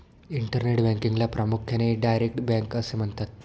internet बँकिंगला प्रामुख्याने direct bank असे म्हणतात